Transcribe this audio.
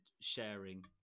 sharing